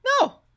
no